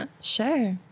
Sure